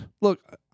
look